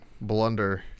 Blunder